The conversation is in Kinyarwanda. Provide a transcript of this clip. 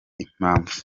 impamvu